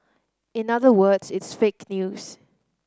in other words it's fake news